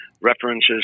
references